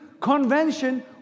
convention